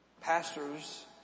pastors